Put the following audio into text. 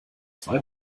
zwei